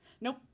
Nope